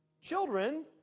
children